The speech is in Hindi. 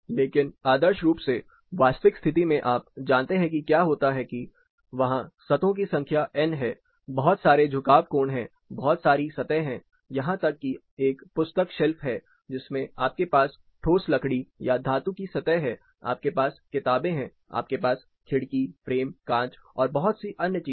लेकिन आदर्श रूप से वास्तविक स्थिति में आप जानते हैं कि क्या होता है कि वहाँ सतहों की संख्या n है बहुत सारे झुकाव कोण है बहुत सारी सतह है यहां तक कि एक पुस्तक शेल्फ है जिसमें आपके पास ठोस लकड़ी या धातु की सतह है आपके पास किताबें हैं आपके पास खिड़की फ्रेम कांच और बहुत सी अन्य चीजें हैं